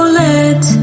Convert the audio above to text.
let